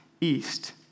east